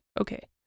okay